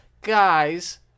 guys